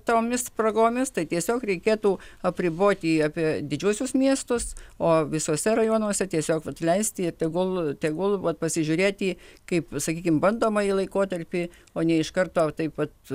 tomis spragomis tai tiesiog reikėtų apriboti apie didžiuosius miestus o visuose rajonuose tiesiog atleisti tegul tegul vat pasižiūrėti kaip sakykim bandomąjį laikotarpį o ne iš karto taip vat